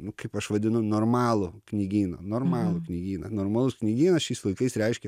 nu kaip aš vadinu normalų knygyną normalų knygyną normalus knygynas šiais laikais reiškia